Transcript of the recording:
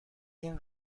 این